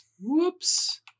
Whoops